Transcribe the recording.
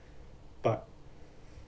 but